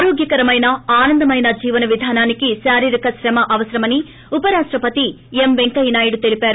ఆరోగ్యకరమైన ఆనందమైన జీవన విధానానికి శారీరక శ్రమ ఎంతో అవసరమని ఉప రాష్టపతి ముప్పవరపు వెంకయ్యనాయుడు తెలిపారు